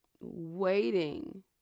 waiting